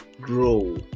grow